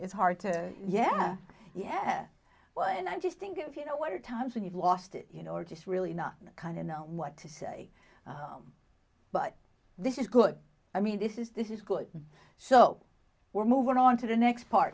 it's hard to yeah yeah well and i just think if you know what are times when you've lost it you know or just really not kind of know what to say but this is good i mean this is this is good so we're moving on to the next part